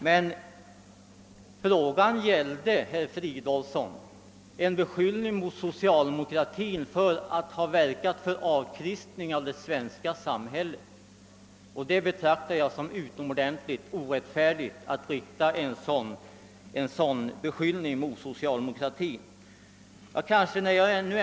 Men frågan gäller här, herr Fridolfsson, en beskyllning mot socialdemokratin för att ha verkat för avkristning av det svenska samhället. Att rikta en sådan beskyllning mot socialdemokratin anser jag vara utomordentligt orättfärdigt.